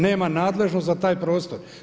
Nema nadležnost za taj prostor.